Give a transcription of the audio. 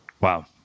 Wow